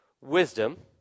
wisdom